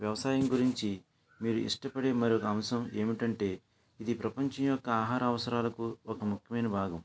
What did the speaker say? వ్యవసాయం గురించి మీరు ఇష్టపడే మరొక అంశం ఏమిటంటే ఇది ప్రపంచం యొక్క ఆహార అవసరాలకు ఒక ముఖ్యమైన భాగం